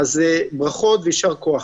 ברכות ויישר כוח.